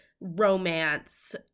romance